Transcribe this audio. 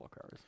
cars